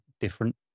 different